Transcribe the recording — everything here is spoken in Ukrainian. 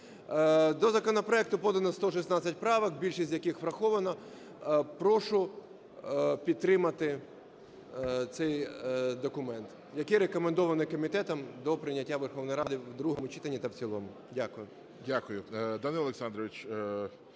До законопроекту подано 116 правок, більшість з яких врахована. Прошу підтримати цей документ, який рекомендований комітетом до прийняття Верховною Радою в другому читанні та в цілому. Дякую. Веде засідання